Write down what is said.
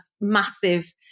massive